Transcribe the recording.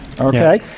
okay